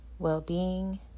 well-being